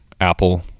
Apple